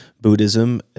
Buddhism